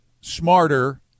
smarter